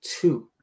two